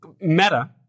meta